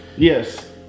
Yes